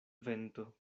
vento